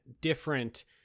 different